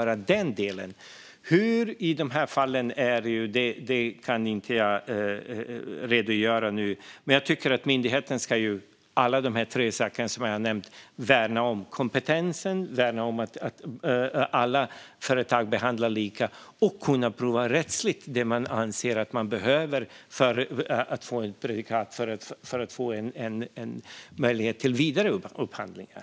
Hur man ska göra i de här fallen kan inte jag redogöra för nu, men jag tycker att myndigheten ska värna alla de tre saker jag nämnt: kompetensen, att alla företag ska behandlas lika och att man ska kunna pröva rättsligt det man anser sig behöva för att få prejudikat och möjlighet till vidare upphandlingar.